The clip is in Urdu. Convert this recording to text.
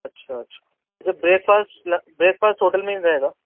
اچھا اچھا اچھا breakfast breakfast hotel ہی میں رہے گا